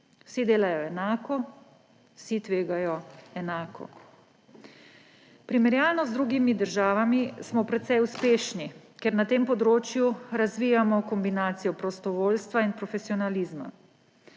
Vsi delajo enako, vsi tvegajo enako. Primerjalno z drugimi državami smo precej uspešni, ker na tem področju razvijamo kombinacijo prostovoljstva in profesionalizma.